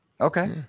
Okay